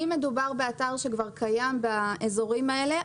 אם מדובר באתר שכבר קיים באזורים האלה,